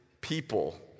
people